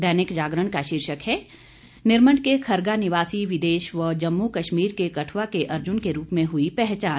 दैनिक जागरण का शीर्षक है निरमंड के खरगा निवासी विदेश व जम्मू कश्मीर के कठ्आ के अर्जुन के रूप में हुई पहचान